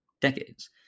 decades